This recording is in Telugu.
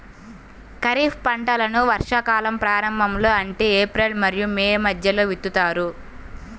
ఖరీఫ్ పంటలను వర్షాకాలం ప్రారంభంలో అంటే ఏప్రిల్ మరియు మే మధ్యలో విత్తుతారు